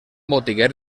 botiguer